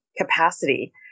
capacity